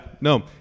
no